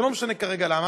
ולא משנה כרגע למה,